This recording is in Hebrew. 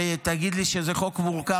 ותגיד לי שזה חוק מורכב?